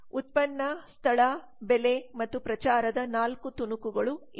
ಉತ್ಪನ್ನ ಸ್ಥಳ ಬೆಲೆ ಮತ್ತು ಪ್ರಚಾರದ 4 ತುಣುಕುಗಳು ಇವು